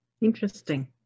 interesting